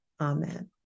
Amen